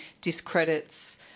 discredits